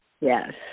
Yes